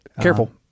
Careful